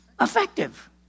effective